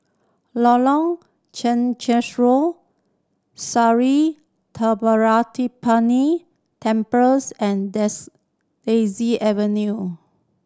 Lorong Chencharu Sri Thendayuthapani Temples and Daisy Avenue